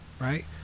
right